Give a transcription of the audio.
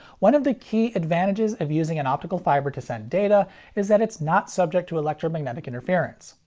one of the key advantages of using an optical fiber to send data is that it's not subject to electromagnetic interference.